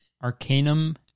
Arcanum